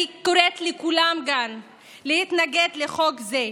אני קוראת לכולם כאן להתנגד לחוק זה,